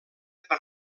per